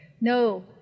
no